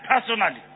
personally